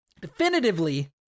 definitively